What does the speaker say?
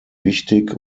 wichtig